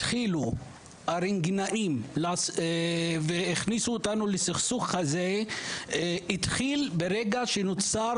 הרנטגנאים הכניסו אותנו לסכסוך הזה ברגע שנוצר